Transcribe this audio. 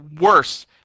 worse